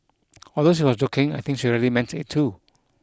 although she was joking I think she really meant it too